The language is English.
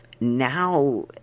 Now